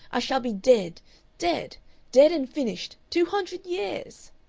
i shall be dead dead dead and finished two hundred years.